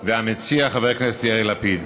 יאיר לפיד,